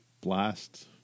Blast